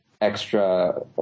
extra